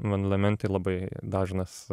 badalamenti labai dažnas